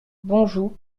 bonjou